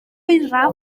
oeraf